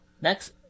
Next